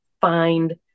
find